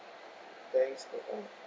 thanks bye bye